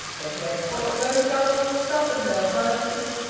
that he had fought no struggles, suffered no hardship,